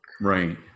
Right